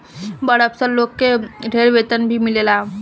बड़ अफसर लोग के ढेर वेतन भी मिलेला